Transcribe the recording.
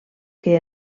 que